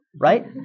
right